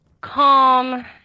calm